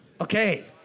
Okay